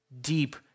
deep